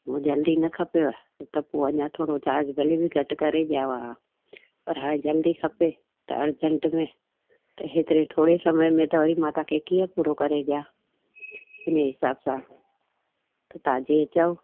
जे जल्दी न खपेव त पोइ अञा चार्ज थोरो भली बि घटि करे ॾियांव हां पर हाणे जल्दी खपे त अर्जंट में त हेतिरे थोरे समय में त वरी मां तव्हांखे कीअं पूरो करे ॾियां उन हिसाबु सां त तव्हां जीअं चओ